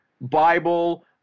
Bible